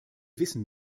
wissen